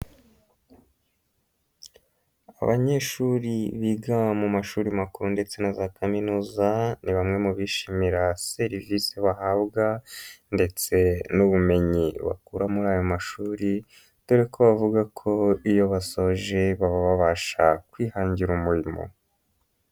Abanyeshuri biga mu mashuri makuru ndetse na za kaminuza ni bamwe mu bishimira serivisi bahabwa ndetse n'ubumenyi bakura muri aya mashuri dore ko bavuga ko iyo basoje baba babasha kwihangira umurimo.